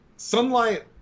Sunlight